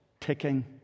ticking